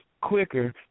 Quicker